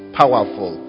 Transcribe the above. powerful